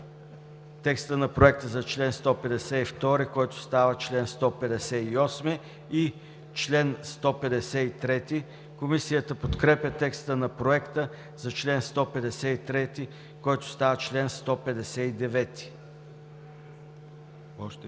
текста на Проекта за чл. 152, който става чл. 158. Комисията подкрепя теста на Проекта за чл. 153, който става чл. 159.